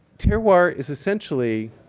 terroir is essentially